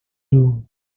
zoom